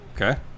Okay